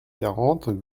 quarante